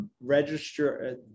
Register